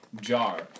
Jar